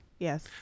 Yes